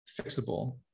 fixable